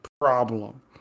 problem